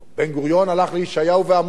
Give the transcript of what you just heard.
בן-גוריון הלך לישעיהו ועמוס,